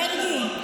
מרגי.